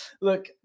Look